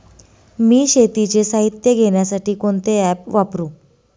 मी शेतीचे साहित्य घेण्यासाठी कोणते ॲप वापरु?